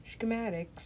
schematics